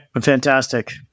Fantastic